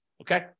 okay